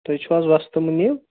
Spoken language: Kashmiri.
تُہۍ چھُو حظ وستہٕ مُنیٖب